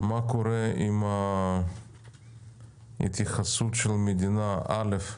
מה קורה עם ההתייחסות של המדינה, ראשית,